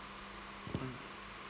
mm